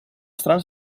strana